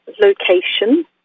location